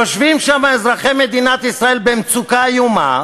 יושבים שם אזרחי מדינת ישראל במצוקה איומה,